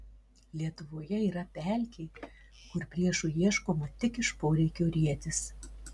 lietuvoje yra pelkė kur priešų ieškoma tik iš poreikio rietis